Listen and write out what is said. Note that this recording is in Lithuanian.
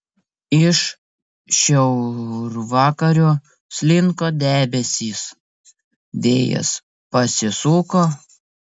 iš šiaurvakarių slinko debesys vėjas pasisuko